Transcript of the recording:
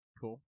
Cool